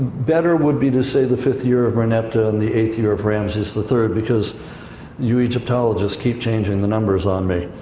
better would be to say the fifth year of merneptah and the eighth year of ramses the third, because you egyptologists keep changing the numbers on me,